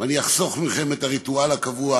ואני אחסוך מכם את הריטואל הקבוע